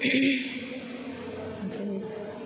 ओमफ्राय